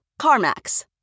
CarMax